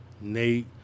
Nate